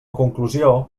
conclusió